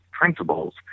principles